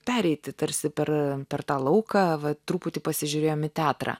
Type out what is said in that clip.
pereiti tarsi per per tą lauką va truputį pasižiūrėjom į teatrą